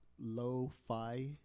lo-fi